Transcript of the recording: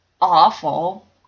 awful